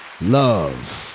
love